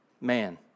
man